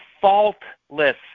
faultless